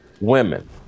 women